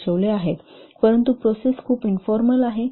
दर्शविले आहेत परंतु प्रोसेस खूप इन्फॉर्मल आहेत